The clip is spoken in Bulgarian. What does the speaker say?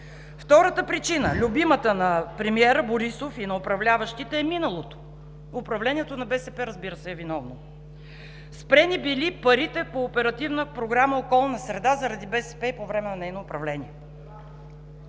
Втората причина – любимата на премиера Борисов и на управляващите, е миналото. Управлението на БСП, разбира се, е виновно. Спрени били парите по Оперативна програма „Околна среда“ заради БСП и по време на нейно управление.